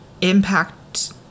impact